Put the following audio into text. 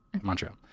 Montreal